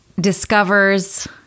discovers